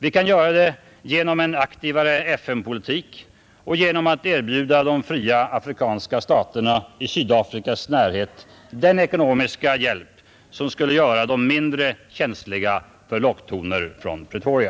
Vi kan göra det genom en aktivare FN-politik och genom att erbjuda de fria afrikanska staterna i Sydafrikas närhet den ekonomiska hjälp som skulle göra dem mindre känsliga för locktoner från Pretoria.